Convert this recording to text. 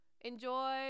Enjoy